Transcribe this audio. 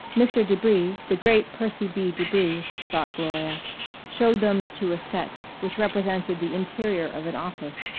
mr. debris the great percy b. debris, thought gloria showed them to a set which represented the interior of an office.